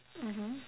mmhmm